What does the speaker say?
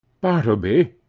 bartleby,